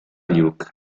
luke